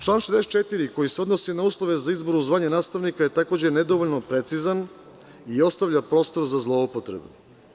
Član 64. koji se odnosi na uslove za izbor u zvanje nastavnika je takođe nedovoljno precizan i ostavlja prostor za zloupotrebu.